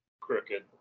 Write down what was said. crooked